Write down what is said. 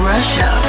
Russia